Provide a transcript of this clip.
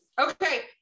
Okay